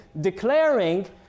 declaring